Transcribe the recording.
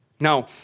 Now